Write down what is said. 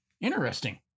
interesting